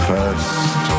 First